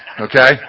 okay